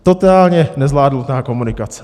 Totálně nezvládnutá komunikace.